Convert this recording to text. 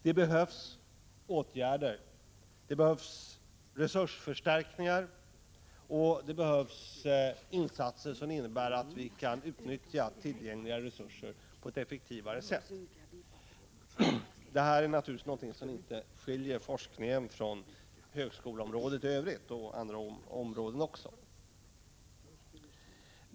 Det behövs åtgärder, resursförstärkningar och insatser som gör att vi kan utnyttja tillgängliga resurser på ett effektivare sätt. Detta skiljer naturligtvis inte forskningen från högskoleområdet i övrigt eller från andra områden.